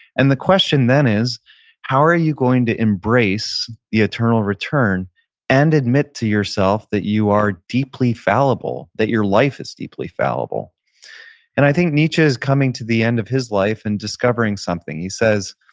and the question then is how are you going to embrace the eternal return and admit to yourself that you are deeply fallible, that your life is deeply fallible and i think nietzsche is coming to the end of his life and discovering something. he says,